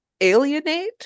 alienate